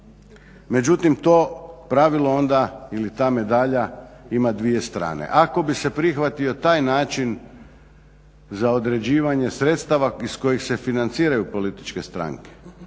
Međutim, to pravilo onda ili ta medalja ima dvije strane. Ako bi se prihvatio taj način za određivanje sredstava iz kojih se financiraju političke stranke